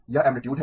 यह ऐमप्लितुड है